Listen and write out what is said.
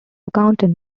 accountant